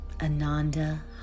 Ananda